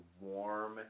warm